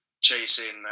chasing